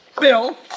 Bill